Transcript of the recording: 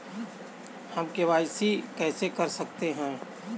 हम के.वाई.सी कैसे कर सकते हैं?